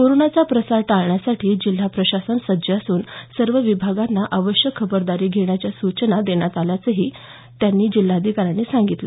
कोरोनाचा प्रसार टाळण्यासाठी जिल्हा प्रशासन सज्ज असून सर्व विभागांना आवश्यक खबरदारी घेण्याच्या सूचना देण्यात आल्या आहेत असंही जिल्हाधिकारी म्हणाले